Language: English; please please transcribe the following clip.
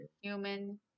Human